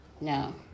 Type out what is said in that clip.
No